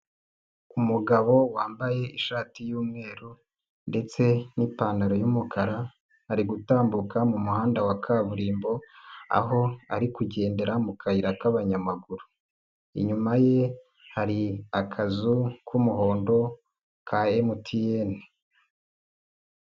Umugabo wambaye ishati y'umweru ndetse n'ipantaro y'umukara, ari gutambuka mu muhanda wa kaburimbo aho ari kugendera mu kayira k'abanyamaguru, inyuma ye hari akazu k'umuhondo ka MTN.